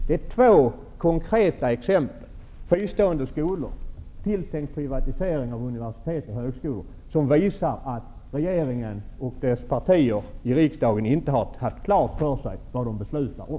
De är två konkreta exempel, nämligen fristående skolor och tilltänkt privatisering av universitet och högskolor som visar att regeringen och dess partier i riksdagen inte har haft klart för sig vad de beslutar om.